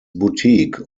boutique